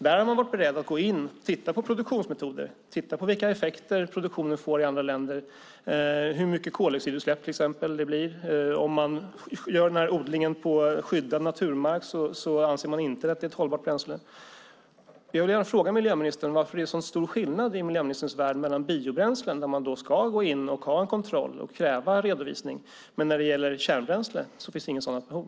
Där har man varit beredd att gå in och titta på produktionsmetoder, titta på vilka effekter produktionen får i andra länder och hur mycket koldioxidutsläpp det blir. Om odlingen görs på skyddad naturmark anser man inte att det är ett hållbart bränsle. Jag vill gärna fråga miljöministern varför det är en så stor skillnad i miljöministerns värld mellan biobränslen där man ska gå in, ha en kontroll och kräva redovisning och kärnbränslen där det inte finns något sådant behov.